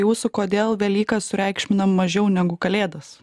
jūsų kodėl velykas sureikšminam mažiau negu kalėdas